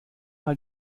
mal